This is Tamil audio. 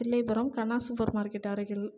தில்லைபுரம் கண்ணா சூப்பர் மார்க்கெட் அருகில்